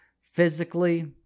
physically